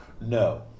No